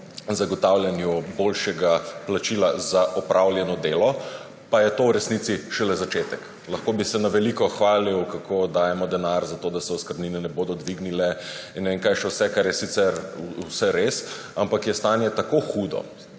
zagotavljanju boljšega plačila za opravljeno delo. Pa je to v resnici šele začetek. Lahko bi se na veliko hvalil, kako dajemo denar, da se oskrbnine ne bodo dvignile in ne vem kaj še vse, kar je sicer vse res, ampak je stanje tako hudo,